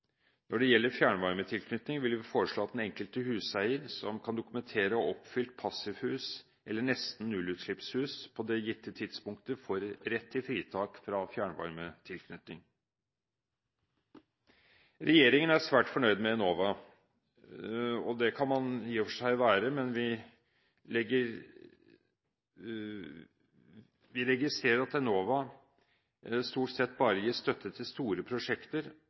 Når det gjelder fjernvarmetilknytning, vil vi foreslå at den enkelte huseier som kan dokumentere å ha oppfylt passivhus eller nesten nullutslippshus på det gitte tidspunktet, får rett til fritak fra fjernvarmetilknytning. Regjeringen er svært fornøyd med Enova, og det kan man i og for seg være. Men vi registrerer at Enova stort sett bare gir støtte til store prosjekter